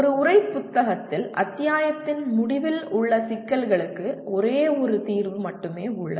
ஒரு உரை புத்தகத்தில் அத்தியாயத்தின் முடிவில் உள்ள சிக்கல்களுக்கு ஒரே ஒரு தீர்வு மட்டுமே உள்ளது